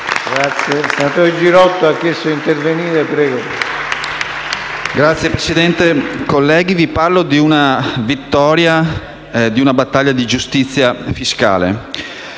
Signor Presidente, colleghi, vi parlo di una vittoria in una battaglia di giustizia fiscale.